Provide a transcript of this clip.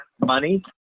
money